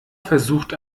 versucht